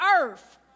earth